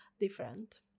different